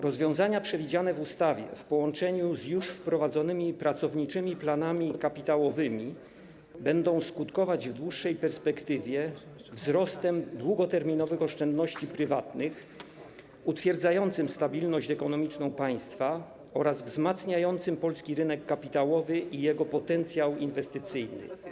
Rozwiązania przewidziane w ustawie, w połączeniu z już wprowadzonymi pracowniczymi planami kapitałowymi, będą skutkować w dłuższej perspektywie wzrostem długoterminowych oszczędności prywatnych, co utwierdzi stabilność ekonomiczną państwa oraz wzmocni polski rynek kapitałowy i jego potencjał inwestycyjny.